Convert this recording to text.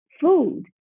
food